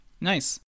Nice